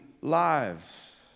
lives